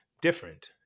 different